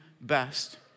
best